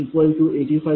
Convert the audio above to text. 7985 j39